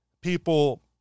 people